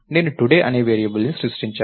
నేను today అనే వేరియబుల్ని సృష్టించాను